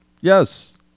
Yes